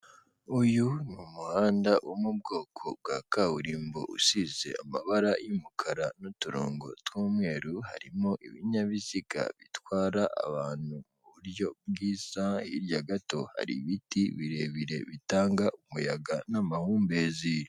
Uyu ni umuhanda wo mu bwoko bwa kaburimbo usize amabara y'umukara n'uturongo tw'umweru, harimo ibinyabiziga bitwara abantu mu buryo bwiza, hirya gato hari ibiti birebire bitanga umuyaga n'amahumbezi.